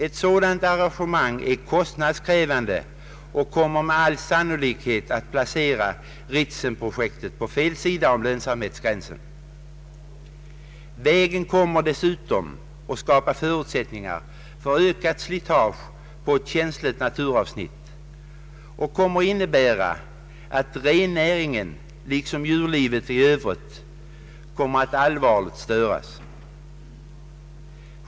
Ett sådant arrangemang är kostnadskrävande och kommer med all sannolikhet att placera Ritsemprojektet på fel sida om lönsamhetsgränsen. Vägen kommer dessutom att skapa förutsätt ningar för ökat slitage på ett känsligt naturavsnitt och kommer att innebära att rennäringen liksom djurlivet i övrigt allvarligt störes.